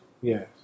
Yes